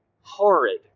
horrid